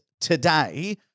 today